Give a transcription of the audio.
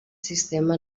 sistema